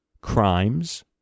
crimes